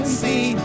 see